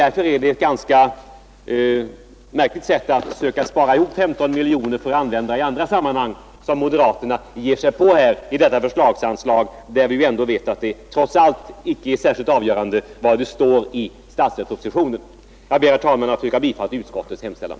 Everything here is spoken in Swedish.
Därför är det ett märkligt sätt av moderaterna att försöka spara ihop 15 miljoner kronor för att använda i andra sammanhang genom att ge sig på detta förslagsanslag. Men vi vet ju ändå att det trots allt inte är särskilt avgörande vad det i detta fall står i statsverkspropositionen. Jag ber, herr talman, att få yrka bifall till utskottets hemställan.